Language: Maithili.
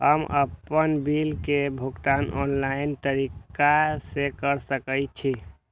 हम आपन बिल के भुगतान ऑनलाइन तरीका से कर सके छी?